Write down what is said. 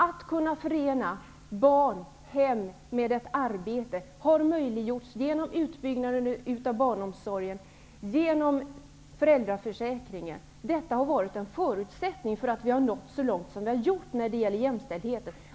Att kunna förena barn och hem med ett arbete har möjliggjorts genom utbyggnaden av barnomsorgen och genom föräldraförsäkringen. Detta har varit en förutsättning för att vi har nått så långt som vi har gjort.